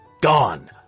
Gone